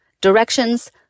Directions